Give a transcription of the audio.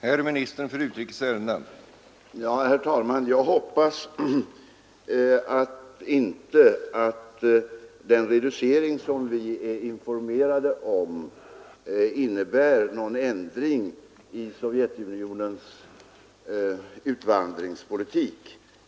Herr talman! Jag hoppas att den reducering, som vi är informerade om, inte innebär någon ändring i Sovjetunionens utvandringspolitik.